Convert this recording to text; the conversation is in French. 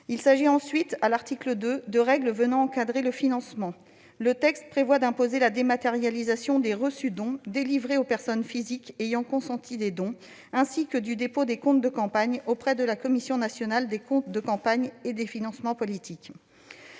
L'article 2 porte sur les règles visant à encadrer le financement de la campagne. Le texte prévoit d'imposer la dématérialisation des reçus-dons délivrés aux personnes physiques ayant consenti des dons, ainsi que du dépôt des comptes de campagne auprès de la Commission nationale des comptes de campagne et des financements politiques.